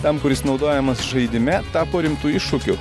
tam kuris naudojamas žaidime tapo rimtu iššūkiu